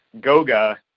Goga